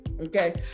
okay